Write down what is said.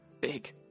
Big